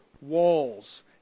walls